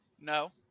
No